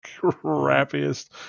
crappiest